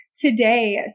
today